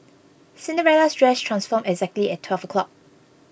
Cinderella's dress transformed exactly at twelve o'clock